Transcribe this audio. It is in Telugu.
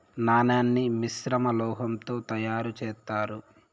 నాణాన్ని మిశ్రమ లోహం తో తయారు చేత్తారు